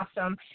awesome